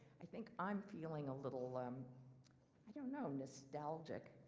i think i'm feeling a little, um i don't know, nostalgic.